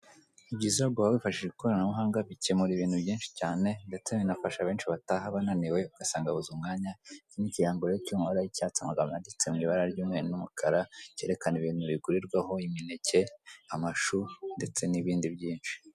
Ni byiza guhaha wifashishije ikoranabuhanga bikemura ibintu byinshi cyane, ndetse binafasha benshi bataha bananiwe ugasanga babuze umwanya, iki ni ikirango rero kiri mu mabara y'icyatsi amagambo yanditse mu ibara ry'umweru ndetse n'umukara, kerekana ibintu bigurirwa ho, imineke, amashu ndetse n'ibindi byinshi.